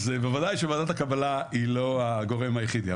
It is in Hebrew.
אז בוודאי שוועדת הקבלה היא לא הגורם היחידי,